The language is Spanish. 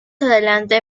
adelante